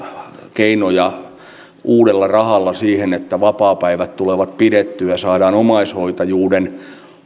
keinoja uudella rahalla siihen että vapaapäivät tulee pidettyä saadaan omaishoitajuuden